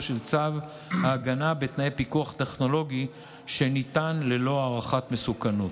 של צו ההגנה בתנאי פיקוח טכנולוגי שניתן ללא הערכת מסוכנות.